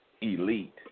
Elite